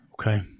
Okay